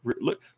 Look